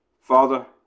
Father